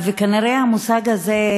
כנראה המושג הזה,